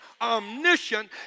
omniscient